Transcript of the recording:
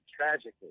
tragically